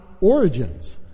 origins